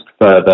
further